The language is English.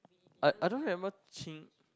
I I don't remember qing